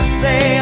say